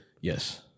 Yes